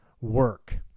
work